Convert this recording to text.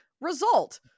result